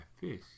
fish